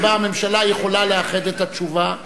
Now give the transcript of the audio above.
שבהן הממשלה יכולה לאחד את התשובה,